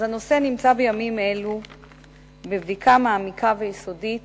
הנושא נמצא בימים אלה בבדיקה מעמיקה ויסודית